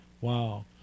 Wow